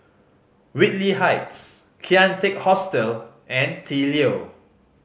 Whitley Heights Kian Teck Hostel and The Leo